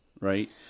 right